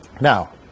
Now